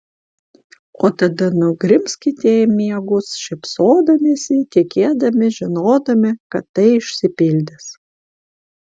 o tada nugrimzkite į miegus šypsodamiesi tikėdami žinodami kad tai išsipildys